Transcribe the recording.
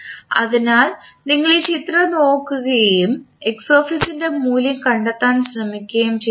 അതിനാൽ നിങ്ങൾ ഈ ചിത്രം നോക്കുകയും ൻറെ മൂല്യം കണ്ടെത്താൻ ശ്രമിക്കുകയും ചെയ്താൽ